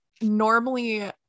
normally